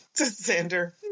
Xander